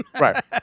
Right